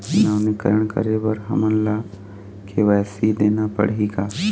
नवीनीकरण करे बर हमन ला के.वाई.सी देना पड़ही का?